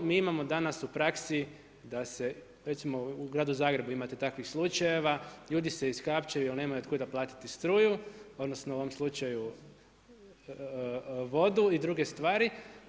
Mi imamo danas u praksi, da se, recimo u Gradu Zagrebu, imate takvih slučajeva, ljudi se iskapčaju, jer nemaju od kuda platiti struju, odnosno, u ovom slučaju vodu i druge stvari.